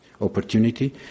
opportunity